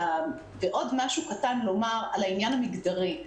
אני רוצה לומר עוד משהו קטן על העניין המגדרי.